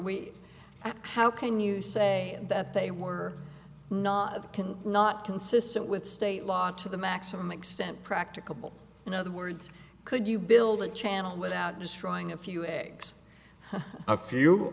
we how can you say that they were not of can not consistent with state law to the maximum extent practicable in other words could you build a channel without destroying a few eggs a few